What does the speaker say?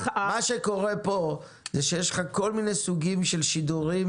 מה שקורה פה זה שיש כל מיני סוגים של שידורים